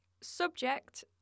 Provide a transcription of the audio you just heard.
subject